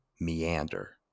meander